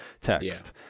text